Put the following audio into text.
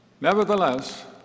Nevertheless